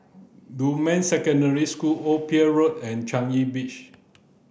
Dunman Secondary School Old Pier Road and Changi Beach